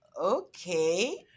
okay